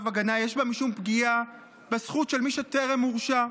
הגנה יש בה משום פגיעה בזכות של מי שטרם הורשע,